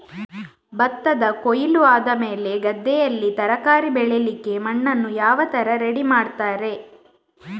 ಭತ್ತದ ಕೊಯ್ಲು ಆದಮೇಲೆ ಗದ್ದೆಯಲ್ಲಿ ತರಕಾರಿ ಬೆಳಿಲಿಕ್ಕೆ ಮಣ್ಣನ್ನು ಯಾವ ತರ ರೆಡಿ ಮಾಡ್ತಾರೆ?